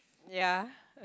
ya